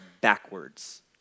backwards